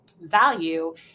value